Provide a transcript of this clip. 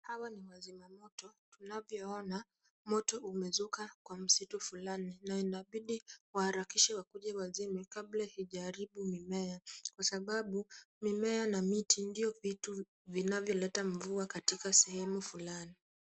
Hawa ni wazima moto. Tunavyoona moto umezuka kwa misitu fulani. Inabidi waharakishe wakuje wazime kabla haijaharibu mimea kwa sababu mimea na miti ndiyo vitu vinavyoleta mvua katika sehemu fulani.